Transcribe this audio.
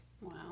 Wow